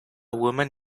woman